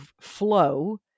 flow